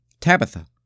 Tabitha